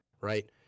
right